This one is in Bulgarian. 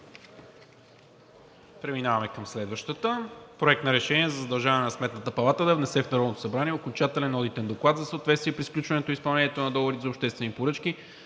влезе в стенограмата. „Проект! РЕШЕНИЕ за задължаване на Сметната палата да внесе в Народното събрание окончателен одитен доклад за съответствие при сключването и изпълнението на договорите за обществени поръчки